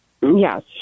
Yes